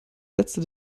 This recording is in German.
letzte